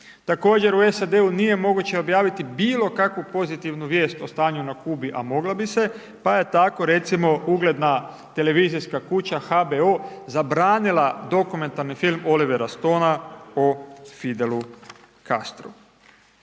Također u SAD-u nije moguće objaviti bilo kakvu pozitivnu vijest o stanju na Kubi a mogla bi se pa je tako recimo ugledna televizijska kuća HBO zabranila dokumentarni film Olivera Stona o Fidelu Castru.